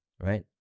right